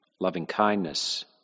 loving-kindness